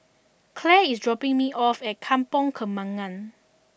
Claire is dropping me off at Kampong Kembangan